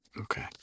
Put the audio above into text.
Okay